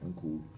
cool